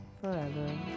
forever